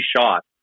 shot